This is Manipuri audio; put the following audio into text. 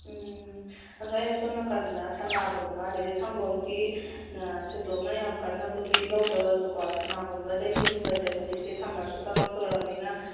ꯎꯝ ꯑꯗꯣ ꯑꯩꯅ ꯁꯣꯝꯅꯥꯀꯟꯗ ꯁꯅꯥꯒꯨꯝꯕ ꯑꯗꯒꯤꯗꯤ ꯁꯪꯒꯣꯝꯁꯤ ꯊꯣꯏꯗꯣꯛꯅ ꯌꯥꯝ ꯀꯟꯅꯕꯕꯨꯗꯤ ꯂꯧꯗ꯭ꯔꯒꯁꯨꯀꯣ ꯁꯅꯥꯒꯨꯝꯕ ꯗꯍꯤꯒꯨꯝꯕꯁꯦ ꯍꯧꯖꯤꯛꯇꯤ ꯁꯝꯃꯔꯁꯨ ꯆꯪꯉꯛꯇꯧꯔꯕꯅꯤꯅ